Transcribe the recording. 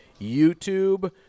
YouTube